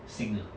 sing ah